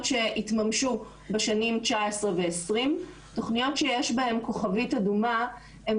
שהתממשו בשנים 2020-2019. תוכניות שיש בהן כוכבית אדומה הן